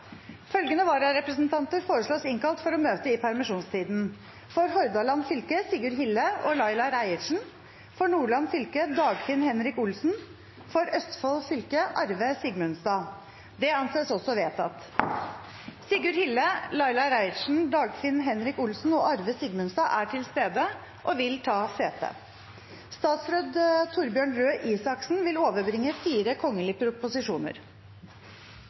Følgende vararepresentanter innkalles for å møte i permisjonsstiden: For Hordaland fylke: Sigurd Hille og Laila Reiertsen For Nordland fylke: Dagfinn Henrik Olsen For Østfold fylke: Arve Sigmundstad Sigurd Hille, Laila Reiertsen, Dagfinn Henrik Olsen og Arve Sigmundstad er til stede og vil ta sete. Presidenten vil